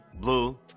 blue